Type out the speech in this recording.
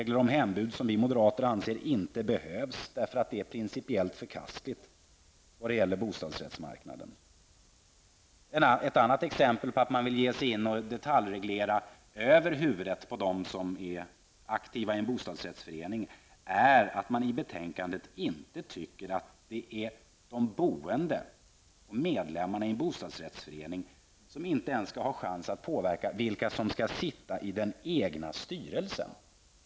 Det är något som vi moderater anser inte behövs, därför att det är principiellt förkastligt på bostadsrättsmarknaden. Ett annat exempel på att man vill detaljreglera över huvudet på dem som är aktiva i en bostadsrättsförening är när utskottsmajoriteten tycker att de boende och medlemmarna i en bostadsrättsförening inte ens skall ha chans att välja vilka som skall sitta i den egna styrelsen.